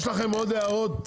יש לכם עוד הערות?